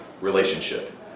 relationship